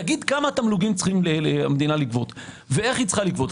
תגיד כמה תמלוגים צריכים המדינה לגבות ואיך היא צריכה לגבות.